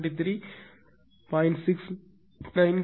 69 kW